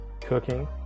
cooking